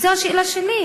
זאת השאלה שלי.